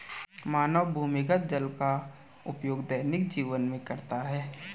मानव भूमिगत जल का उपयोग दैनिक जीवन में करता है